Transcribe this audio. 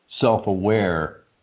self-aware